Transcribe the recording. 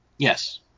Yes